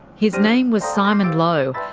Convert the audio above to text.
his name was simon lowe,